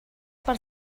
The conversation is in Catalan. per